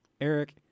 Eric